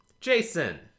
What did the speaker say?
Jason